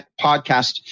podcast